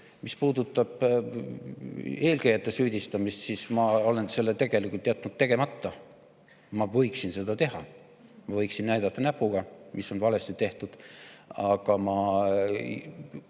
Mis puudutab eelkäijate süüdistamist, siis ma olen selle tegelikult jätnud tegemata. Ma võiksin seda teha, ma võiksin näidata näpuga, mis on valesti tehtud. Aga ma